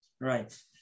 Right